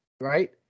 Right